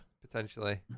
potentially